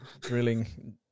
drilling